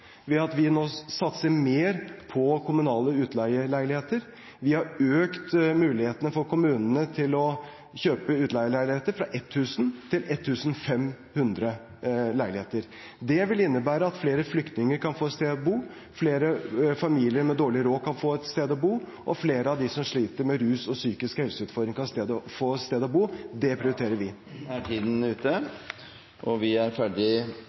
vi satser mer på kommunale utleieleiligheter. Vi har økt mulighetene for kommunene til å kjøpe utleieleiligheter, fra 1 000 til 1 500 leiligheter. Det vil innebære at flere flyktninger kan få et sted å bo, flere familier med dårlig råd kan få et sted å bo, og flere av dem som sliter med rus og psykiske helseutfordringer, kan få et sted å bo. Det prioriterer vi. Da er vi ferdige med den muntlige spørretimen, og vi